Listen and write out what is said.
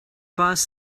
boss